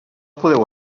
podeu